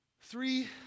Three